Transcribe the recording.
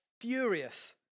furious